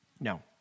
No